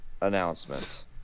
announcement